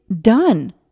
done